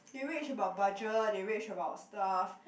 they rage about budget they rage about staff